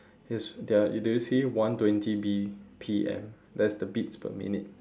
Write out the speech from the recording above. yes there are did you see one twenty B_P_M that's the beats per minute